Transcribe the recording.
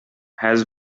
has